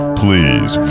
please